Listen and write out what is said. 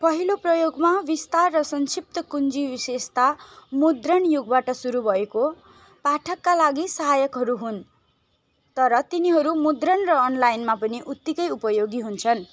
पहिलो प्रयोगमा विस्तार र संक्षिप्त कुञ्जी विशेषता मुद्रण युगबाट सुरु भएको पाठकका लागि सहायकहरू हुन् तर तिनीहरू मुद्रण र अनलाइनमा पनि उत्तिकै उपयोगी हुन्छन्